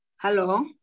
Hello